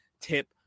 tip